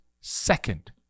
second